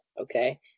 okay